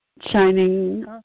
shining